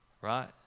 Right